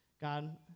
God